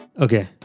Okay